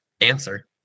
answer